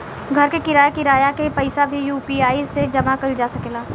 घर के किराया, किराना के पइसा भी यु.पी.आई से जामा कईल जा सकेला